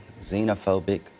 xenophobic